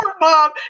mom